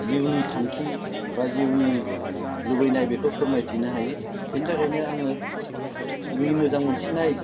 जिउनि थांखि एबा जिउनि लुबैनाय बेखौ फोरमायथिनो हायो बिनि थाखायनो आङो जोंनि मोजां मोनसिननाय